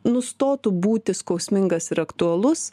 nustotų būti skausmingas ir aktualus